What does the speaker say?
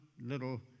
little